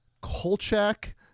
Kolchak